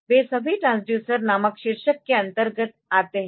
वे सभी ट्रांसड्यूसर नामक शीर्षक के अंतर्गत आते है